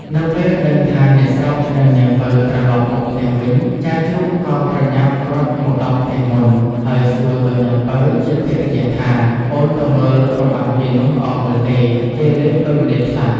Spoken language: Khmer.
នៅពេលដឹងថាអ្នកស្រុកនិងនាងពៅត្រឡប់មកផ្ទះវិញ ចៅជ្រូកក៏ប្រញាប់រត់មកដល់ផ្ទះមុន ហើយសួរទៅនាងពៅជាភរិយាថា អូនទៅមើលរបាំគេនោះល្អមើលទេ? គេលេងដូចម្ដេចខ្លះ?។